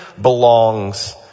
belongs